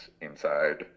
inside